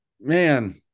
man